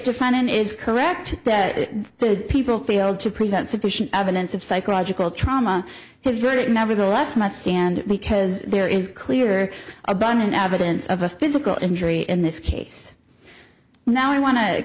defining is correct that the people feel to present sufficient evidence of psychological trauma his running nevertheless must stand because there is clear abundant evidence of a physical injury in this case now i wan